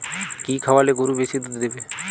কি খাওয়ালে গরু বেশি দুধ দেবে?